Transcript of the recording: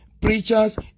preachers